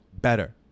better